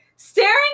Staring